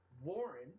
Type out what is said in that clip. Warren